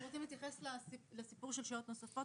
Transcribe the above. אנחנו רוצים להתייחס לסיפור של שעות נוספות